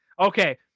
Okay